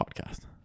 podcast